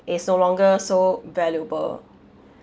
it's no longer so valuable